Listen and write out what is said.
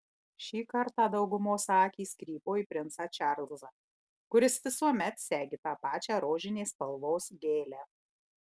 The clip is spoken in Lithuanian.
šį kartą daugumos akys krypo į princą čarlzą kuris visuomet segi tą pačią rožinės spalvos gėlę